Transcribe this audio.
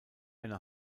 eine